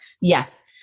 yes